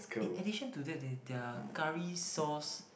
in addition to that that their curry sauce